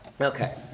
Okay